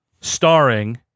starring